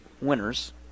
winners